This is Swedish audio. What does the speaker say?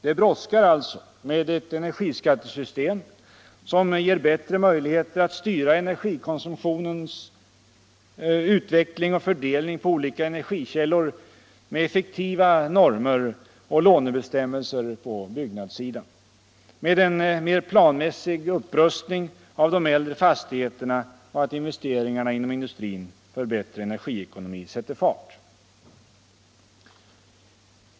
Det brådskar alltså med ett energiskattesystem som ger bättre möjligheter att styra energikonsumtionens utveckling och fördelning på olika energikällor, med effektiva normer och lånebestämmelser på byggnadssidan och med en mer planmässig upprustning av de äldre fastigheterna. Det är också nödvändigt att investeringarna inom industrin för bättre energiekonomi sätter fart.